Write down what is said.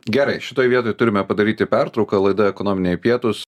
gerai šitoj vietoj turime padaryti pertrauką laida ekonominiai pietūs